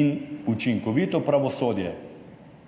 in učinkovito pravosodje,